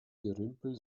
gerümpel